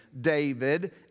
David